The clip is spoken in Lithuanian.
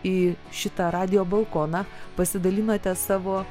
į šitą radijo balkoną pasidalinote savo